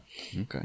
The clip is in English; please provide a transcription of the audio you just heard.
Okay